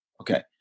Okay